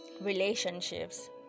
relationships